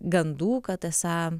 gandų kad esą